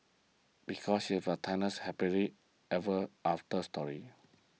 because he have a timeless happily ever after story